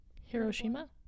Hiroshima